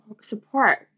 support